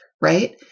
right